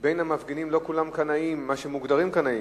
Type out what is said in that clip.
בין המפגינים לא כולם קנאים, מי שמוגדרים קנאים.